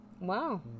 Wow